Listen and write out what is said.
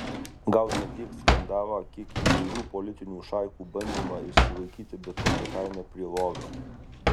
gal ne tiek skandalą kiek įvairių politinių šaikų bandymą išsilaikyti bet kokia kaina prie lovio